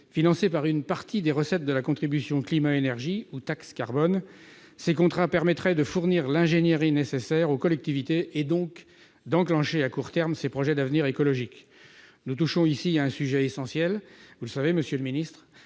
Financés par une partie des recettes de la contribution climat-énergie, ou taxe carbone, ces contrats permettraient de fournir l'ingénierie nécessaire aux collectivités et donc d'enclencher, à court terme, ces projets d'avenir écologique. Nous touchons ici à un sujet essentiel. Comme vous le savez, monsieur le secrétaire